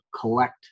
collect